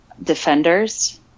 Defenders